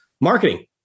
Marketing